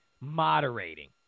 moderating